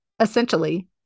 essentially